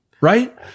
Right